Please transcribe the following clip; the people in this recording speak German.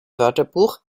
wörterbuch